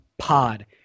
pod